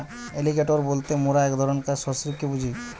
alligator বলতে মোরা এক ধরণকার সরীসৃপকে বুঝি